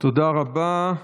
תודה רבה.